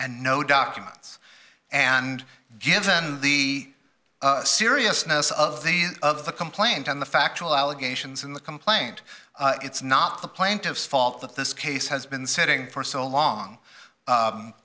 and no documents and given the seriousness of the of the complaint and the factual allegations in the complaint it's not the plaintiff's fault that this case has been sitting for so long